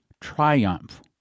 triumph